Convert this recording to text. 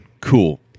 Cool